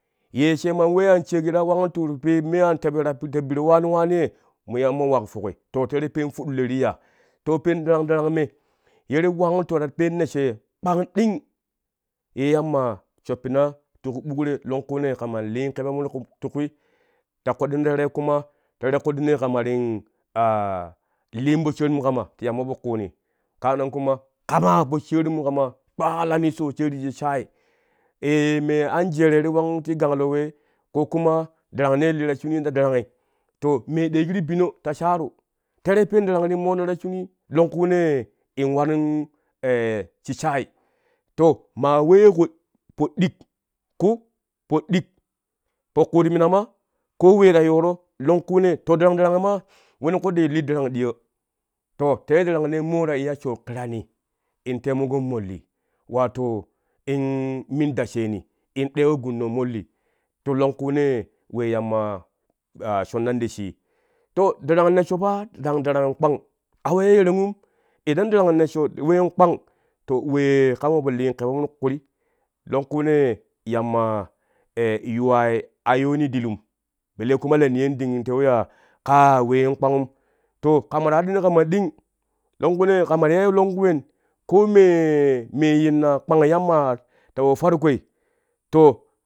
Yee sheema an shek ye ta wanguntu peen me an tebbro ta biro waani waani ye mo yamma wak foki to tere peen foɗɗulo ye ti ya to peen darang darang me ye ti wanguntu ta peen ma shee kpang ɗing ye yamma shoppina ti kubuk te longkunee kaman lin kebemu ti kwi ta koɗɗin tere kuma koddinee kama ti liin po sharimu kama ti yamma po kuuni saannan kuma kama taa po sharimukama kpanglani sosai ti shik shaai yee me an jeere ti ganglo we ko kuma darangne ti li ta shurii darangi to me ɗii ti bino ta shaaru terei peen darang ye ti moona ta shunii longkunee in warin shik shaai to ma wee po ɗik ƙu po ɗik po kuut minama ko we ta yooro longkunee to darang darangi ma woni koɗɗi ti li darang ɗiyoo to terei darangnee mo ta iya show ƙirani in taimaƙo molli wata in min da sheen in ɗewo gunno molli longkunee wee yamma shonnan ti shii to darang nessho paa darangin kpang a we ya yarangum idan darang nesshoi ween kpang to wee kama po li kebemu ti kwi longkunee yamma yuwai a yoni dilum belle kuma la niyondung in tewi ya kaa ween kpangum to kama ta haɗi ni kama ɗing longkunee kama ti yai longku ween koo me yinna kpang yamma ta po tarkoi